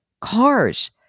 cars